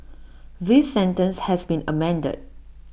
this sentence has been amended